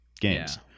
games